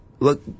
Look